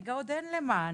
כרגע עוד אין למה.